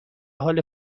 حال